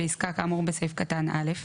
בעסקה כאמור בסעיף קטן (א),